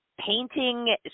painting